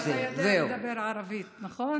אתה יודע לדבר ערבית, נכון?